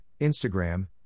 Instagram